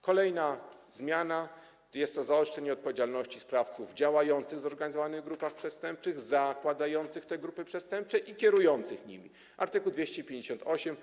Kolejna zmiana to jest zaostrzenie odpowiedzialności sprawców działających w zorganizowanych grupach przestępczych, zakładających te grupy przestępcze i kierujących nimi, art. 258.